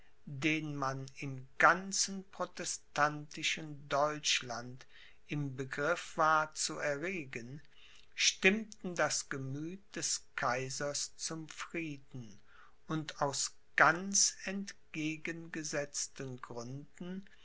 den man im ganzen protestantischen deutschland im begriff war zu erregen stimmten das gemüth des kaisers zum frieden und aus ganz entgegengesetzten gründen